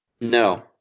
No